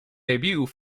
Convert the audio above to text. debut